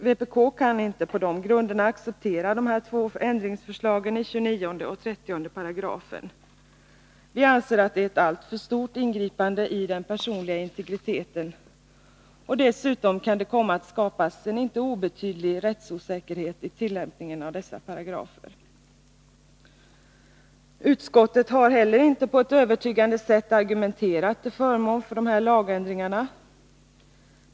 Vpk kan på dessa grunder inte acceptera ändringsförslagen i 29 och 30 §§. Vi anser att de innebär ett alltför stort ingripande i den personliga integriteten. Dessutom kan det komma att skapas en inte obetydlig rättsosäkerhet i tillämpningen av dessa paragrafer. Utskottet har inte heller på ett övertygande sätt argumenterat till förmån för dessa lagändringar.